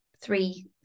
three